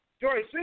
Joyce